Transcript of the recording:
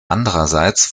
andererseits